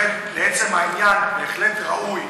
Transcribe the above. לכן, לעצם העניין: בהחלט ראוי